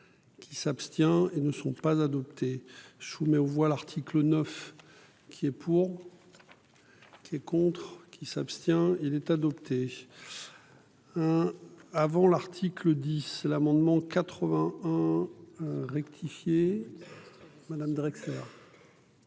Qui s'abstient et ne sont pas adoptés chou mets aux voix l'article 9 qui est pour. Et contre qui s'abstient-il être adopté. Avant l'article 10 l'amendement 81. Rectifié. Madame accord.